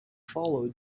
followed